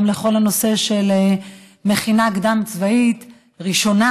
גם לכל הנושא של מכינה קדם-צבאית ראשונה.